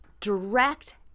direct